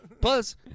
Plus